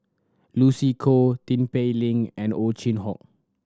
Lucy Koh Tin Pei Ling and Ow Chin Hock